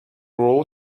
all